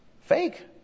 fake